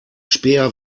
späher